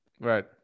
Right